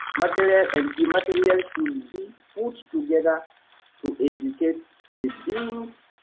material and immaterial should be put together to educate the beings,